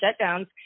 shutdowns